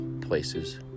places